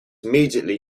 immediately